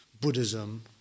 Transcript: Buddhism